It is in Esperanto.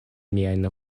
miajn